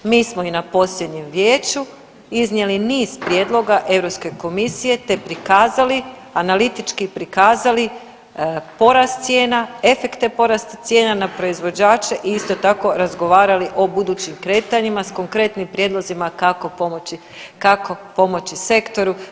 Mi smo i na posljednjem vijeću iznijeli niz prijedloga Europske komisije te prikazali, analitički prikazali porast cijena, efekte porasta cijena na proizvođače i isto tako razgovarali o budućim kretanjima s konkretnim prijedlozima kako pomoći, kako pomoći sektoru.